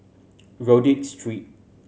Rodyk Street